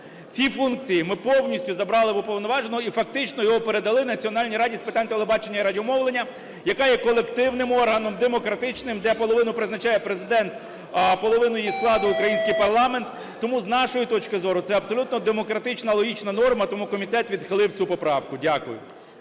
Ці функції ми повністю забрали в Уповноваженого і фактично його передали Національній раді з питань телебачення і радіомовлення, яка є колективним органом, демократичним, де половину призначає Президент, а половину її складу – український парламент. Тому, з нашої точки зору, це абсолютно демократична логічна норма, тому комітет відхилив цю поправку. Дякую.